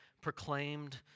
proclaimed